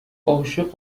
عاشق